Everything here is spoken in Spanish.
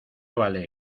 vale